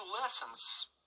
lessons